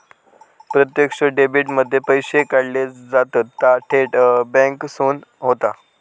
प्रत्यक्ष डेबीट मध्ये पैशे काढले जातत ता थेट बॅन्केसून होता